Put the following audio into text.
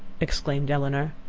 exclaimed elinor.